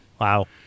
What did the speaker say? Wow